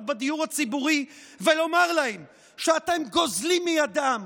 בדיור הציבורי ולומר להן שאתם גוזלים מידיהן